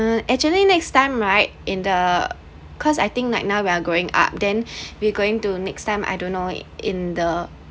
uh actually next time right in the cause I think like now we are growing up then we’re going to next time I don't know in the